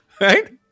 Right